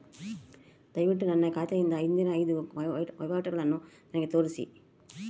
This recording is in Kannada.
ದಯವಿಟ್ಟು ನನ್ನ ಖಾತೆಯಿಂದ ಹಿಂದಿನ ಐದು ವಹಿವಾಟುಗಳನ್ನು ನನಗೆ ತೋರಿಸಿ